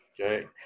okay